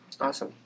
awesome